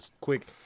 quick